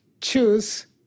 choose